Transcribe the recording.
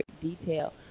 detail